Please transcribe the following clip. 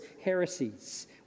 heresies